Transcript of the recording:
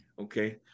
okay